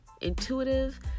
intuitive